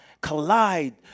collide